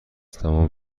تمام